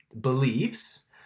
beliefs